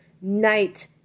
Night